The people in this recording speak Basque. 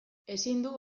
ezindu